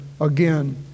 again